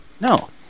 No